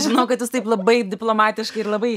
žinau kad jūs taip labai diplomatiškai ir labai